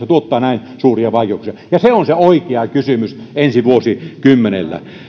tuottaa näin suuria vaikeuksia se on se oikea kysymys ensi vuosikymmenellä